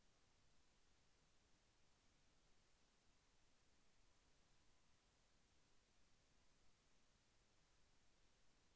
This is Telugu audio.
బ్యాంక్లో డబ్బులు దాచుకోవటంకన్నా ఇంట్లో దాచుకోవటం మంచిది నేను ఎందుకు బ్యాంక్లో దాచుకోవాలి?